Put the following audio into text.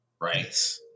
right